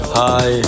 hi